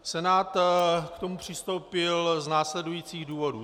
Senát k tomu přistoupil z následujících důvodů.